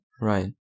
Right